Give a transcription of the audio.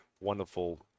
wonderful